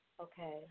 Okay